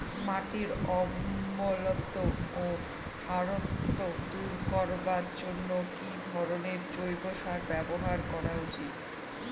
মাটির অম্লত্ব ও খারত্ব দূর করবার জন্য কি ধরণের জৈব সার ব্যাবহার করা উচিৎ?